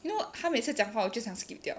you know 他每次讲话我就想 skip 掉